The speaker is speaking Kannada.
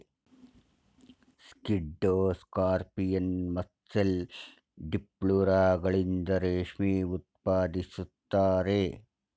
ಸ್ಕಿಡ್ಡೋ ಸ್ಕಾರ್ಪಿಯನ್, ಮಸ್ಸೆಲ್, ಡಿಪ್ಲುರಗಳಿಂದ ರೇಷ್ಮೆ ಉತ್ಪಾದಿಸುತ್ತಾರೆ